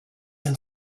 and